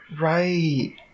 Right